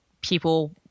people